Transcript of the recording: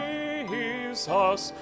Jesus